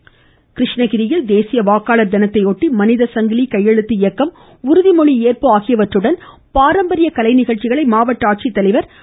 வாக்காளர்டதினம் மாவட்டங்கள் கிருஷ்ணகிரியில் தேசிய வாக்காளர் தினத்தையொட்டி மனித சங்கிலி கையெழுத்து இயக்கம் உறுதிமொழியேற்பு ஆகியவற்றுடன் பாரம்பரிய கலை நிகழ்ச்சிகளை மாவட்ட ஆட்சித்தலைவர் டாக்டர்